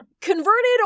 converted